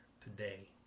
today